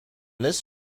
this